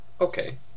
Okay